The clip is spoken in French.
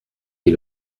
dit